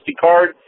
card